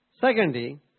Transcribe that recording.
Secondly